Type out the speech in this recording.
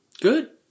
Good